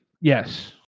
Yes